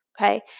Okay